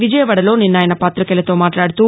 విజయవాడలో నిన్న ఆయస పాతికేయులతో మాట్లాడుతూ